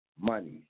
money